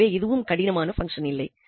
எனவே இதுவும் கடினமான பங்க்சன் இல்லை